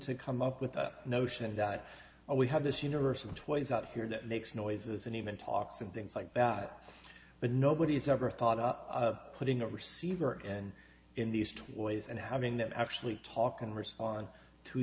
to come up with the notion that we have this universal twenty's out here that makes noises and even talks and things like that but nobody's ever thought of putting a receiver and in these toys and having that actually talk and respond to